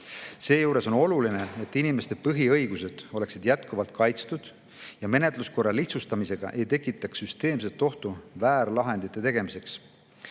Seejuures on oluline, et inimeste põhiõigused oleksid jätkuvalt kaitstud ja menetluskorra lihtsustamisega ei tekitata süsteemset ohtu väärlahendite tegemiseks.